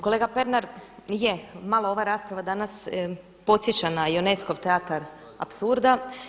Kolega Pernar je malo ova rasprava danas podsjeća na Ionescov teatar apsurda.